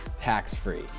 tax-free